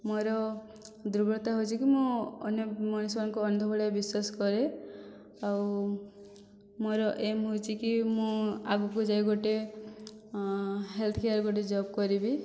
ମୋର ଦୁର୍ବଳତା ହେଉଛି କି ମୁଁ ଅନ୍ୟ ମଣିଷମାନଙ୍କୁ ଅନ୍ଧଭଳିଆ ବିଶ୍ଵାସ କରେ ଆଉ ମୋର ଏମ୍ ହେଉଛି କି ମୁଁ ଆଗକୁ ଯାଇ ଗୋଟିଏ ହେଲଥ୍ କେୟାର ଗୋଟିଏ ଜବ୍ କରିବି